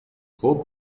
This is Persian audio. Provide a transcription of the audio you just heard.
خوب